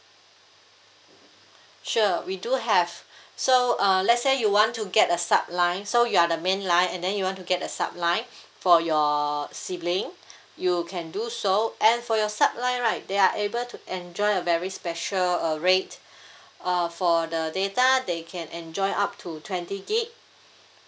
sure we do have so uh let's say you want to get a subline so you are the main line and then you want to get a subline for your sibling you can do so and for your subline right they are able to enjoy a very special uh rate uh for the data they can enjoy up to twenty gigabyte